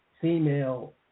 female